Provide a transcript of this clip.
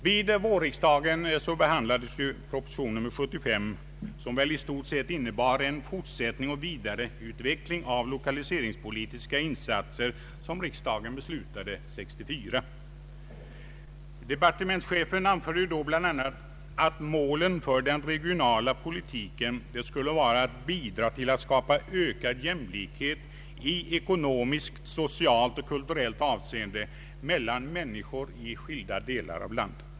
Vid vårriksdagen behandlades proposition nr 75, som väl i stort sett innebar en fortsättning och vidareutveckling av de lokaliseringspolitiska insatser som riksdagen beslutade år 1964. Departementschefen anförde då bl.a. att målen för den regionala politiken skulle vara att bidra till att skapa ökad jämlikhet i ekonomiskt, socialt och kulturellt avseende mellan människor i skilda delar av landet.